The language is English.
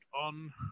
on